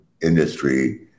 industry